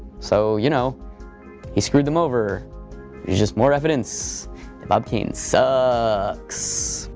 so you know he screwed them over. here's just more evidence bob kane so sucks.